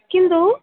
किन्तु